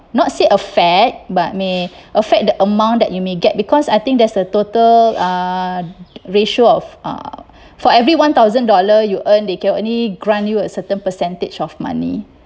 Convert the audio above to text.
not say affect but may affect the amount that you may get because I think there's a total uh ratio of uh for every one thousand dollar you earn they can only grant you a certain percentage of money